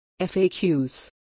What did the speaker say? FAQs